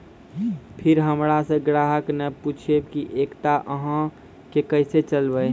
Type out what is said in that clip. फिर हमारा से ग्राहक ने पुछेब की एकता अहाँ के केसे चलबै?